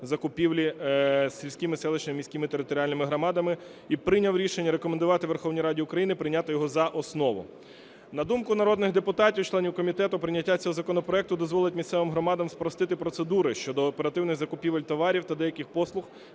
закупівлі сільськими, селищними, міськими територіальними громадами і прийняв рішення рекомендувати Верховній Раді України прийняти його за основу. На думку народних депутатів членів комітету, прийняття цього законопроекту дозволить місцевим громадам спростити процедури щодо оперативних закупівель товарів та деяких послуг,